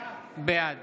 בעד